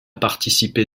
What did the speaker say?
participé